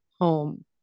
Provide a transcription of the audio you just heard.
home